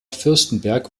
fürstenberg